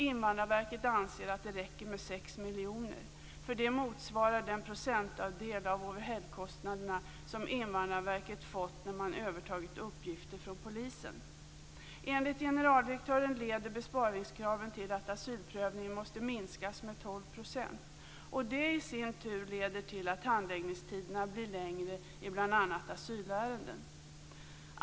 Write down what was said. Invandrarverket anser att det räcker med 6 miljoner kronor. Det motsvarar den procentandel av overheadkostnaderna som Invandrarverket fått när det övertagit uppgifter från polisen. Enligt generaldirektören leder besparingskraven till att asylprövningen måste minskas med 12 %. Detta leder i sin tur till att handläggningstiderna blir längre i bl.a. asylärenden.